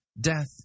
Death